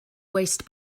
waste